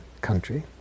country